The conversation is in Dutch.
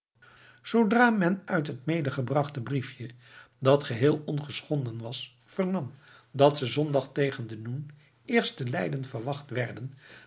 zoodra men uit het medegebrachte briefje dat geheel ongeschonden was vernam dat ze zondag tegen den noen eerst te leiden verwacht werden